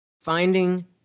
finding